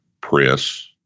press